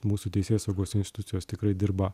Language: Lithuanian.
mūsų teisėsaugos institucijos tikrai dirba